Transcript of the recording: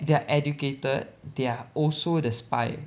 they are educated they are also the spy